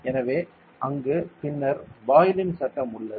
எனவே அங்கு பின்னர் பாயிலின் சட்டம் உள்ளது